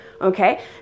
Okay